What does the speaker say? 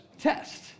test